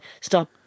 stop